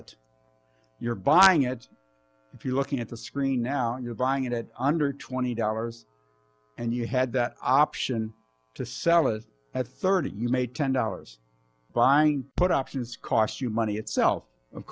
it you're buying it if you're looking at the screen now you're buying it under twenty dollars and you had the option to sell it at thirty you made ten dollars buying put options cost you money itself of